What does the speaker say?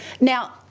Now